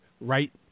right